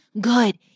good